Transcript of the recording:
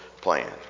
plan